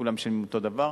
לכולם משלמים אותו דבר.